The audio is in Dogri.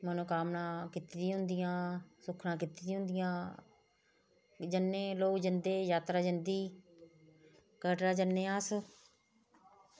मनोकामनां कीती दियां होंदियां सुक्खनां कीती दियां होंदियां जन्ने लोग जंदे जात्तरा जंदी कटरै जन्ने अस